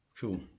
Cool